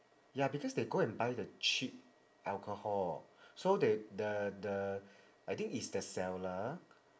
ya because they go and buy the cheap alcohol so they the the I think it's the seller